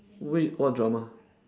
wait what drama